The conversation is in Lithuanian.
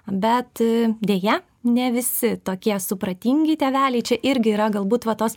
bet deja ne visi tokie supratingi tėveliai čia irgi yra galbūt va tos